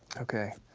okay,